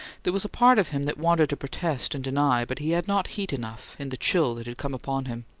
there was a part of him that wanted to protest and deny, but he had not heat enough, in the chill that had come upon him.